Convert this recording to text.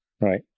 Right